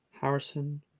Harrison